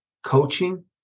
coaching